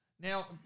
Now